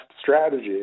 strategy